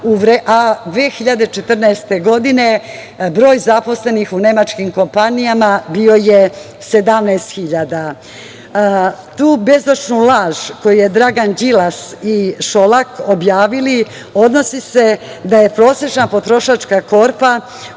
2014. godine broj zaposlenih u nemačkim kompanijama bio je 17.000.Tu bezočnu laž koju su Dragan Đilas i Šolak objavili odnosi se da je prosečna potrošačka korpa